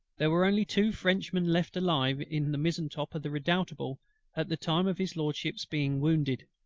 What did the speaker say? there were only two frenchmen left alive in the mizen-top of the redoutable at the time of his lordship's being wounded,